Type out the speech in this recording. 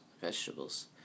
vegetables